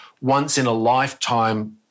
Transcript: once-in-a-lifetime